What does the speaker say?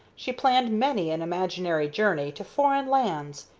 she planned many an imaginary journey to foreign lands,